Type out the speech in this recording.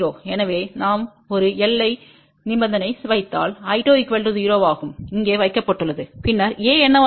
எனவே நாம் ஒரு எல்லை நிபந்தனை வைத்தால் I2 0 ஆகும் இங்கே வைக்கப்பட்டுள்ளது பின்னர் A என்னவாக இருக்கும்